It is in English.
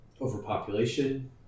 overpopulation